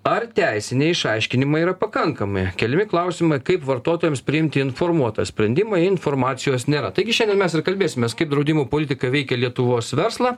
ar teisiniai išaiškinimai yra pakankami keliami klausimai kaip vartotojams priimti informuotą sprendimą informacijos nėra taigi šiandien mes ir kalbėsimės kaip draudimų politika veikia lietuvos verslą